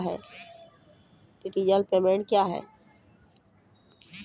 Digital payment क्या हैं?